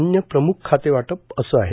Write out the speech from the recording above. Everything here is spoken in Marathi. अन्य प्रमुख खाते वाटप असे आहेत